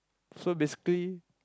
so basically